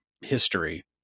history